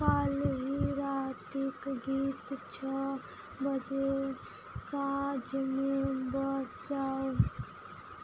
काल्हि रातिक गीत छह बजे साँझमे बजाउ